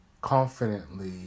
confidently